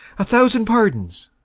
a thousand pardons.